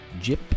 Jip